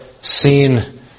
seen